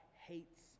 hates